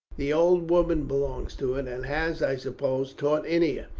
the old woman belongs to it, and has, i suppose, taught ennia.